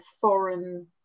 foreign